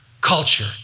culture